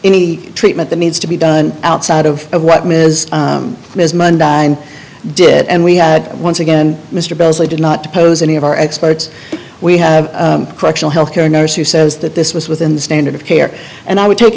any treatment that needs to be done outside of what ms has monday and did and we had once again mr besley did not pose any of our experts we have correctional health care nurse who says that this was within the standard of care and i would take